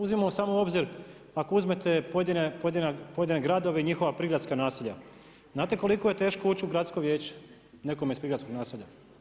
Uzmimo samo u obzir ako uzmete pojedine gradove i njihova prigradska naselja, znate koliko je teško ući u gradsko vijeće nekome iz prigradskog naselja?